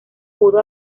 pudo